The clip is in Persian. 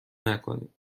نکنید